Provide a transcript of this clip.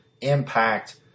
impact